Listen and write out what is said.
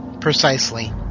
Precisely